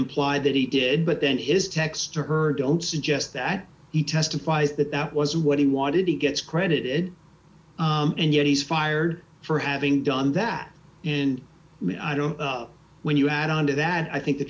imply that he did but then is text her don't suggest that he testifies that that was what he wanted he gets credited and yet he's fired for having done that and when you add on to that i think the